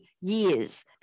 years